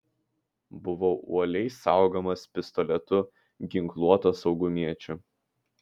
buvau uoliai saugomas pistoletu ginkluoto saugumiečio